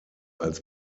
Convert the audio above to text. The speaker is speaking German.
als